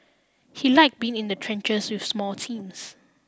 he liked being in the trenches with small teams